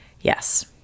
Yes